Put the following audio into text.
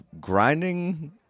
grinding